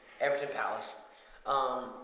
Everton-Palace